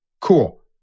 Cool